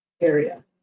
area